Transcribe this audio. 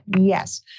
yes